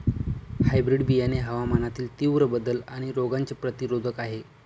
hybrid बियाणे हवामानातील तीव्र बदल आणि रोगांचे प्रतिरोधक आहे